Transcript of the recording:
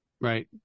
Right